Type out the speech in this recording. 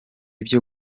ibyo